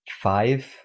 five